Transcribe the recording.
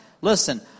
Listen